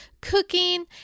cooking